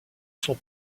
son